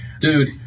Dude